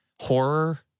horror